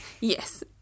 Yes